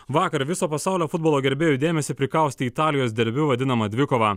vakar viso pasaulio futbolo gerbėjų dėmesį prikaustė italijos derbiu vadinama dvikova